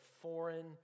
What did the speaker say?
foreign